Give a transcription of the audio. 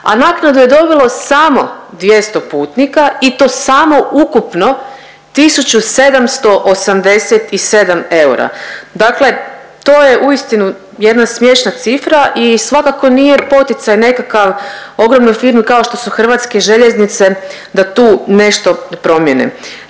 a naknadu je dobilo samo 200 putnika i to samo ukupno 1787 eura. Dakle to je uistinu jedna smiješna cifra i svakako nije poticaj nekakav, ogromnoj firmi kao što su HŽ da tu nešto promijene.